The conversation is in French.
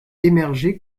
émergé